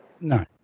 No